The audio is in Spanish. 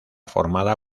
formada